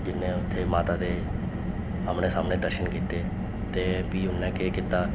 जिन्नै उत्थें माता दे आमनै सामनै दर्शन कीते ते फ्ही उन्नै केह् कीता